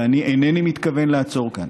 ואני איני מתכון לעצור בה.